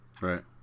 Right